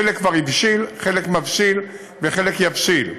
חלק כבר הבשיל, חלק מבשיל וחלק יבשיל.